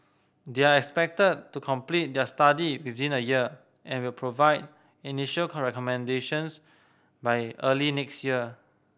they are expected to complete their study within a year and will provide initial recommendations by early next year